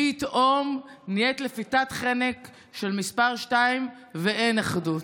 פתאום נהיית לפיתת חנק של מספר שתיים, ואין אחדות.